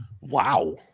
Wow